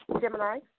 Gemini